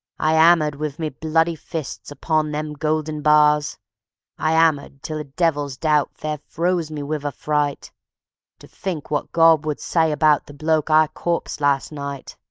i ammered wiv me bloody fists upon them golden bars i ammered till a devil's doubt fair froze me wiv affright to fink wot god would say about the bloke i corpsed last night.